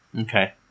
Okay